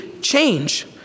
change